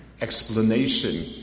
explanation